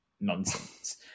nonsense